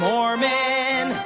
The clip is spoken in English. Mormon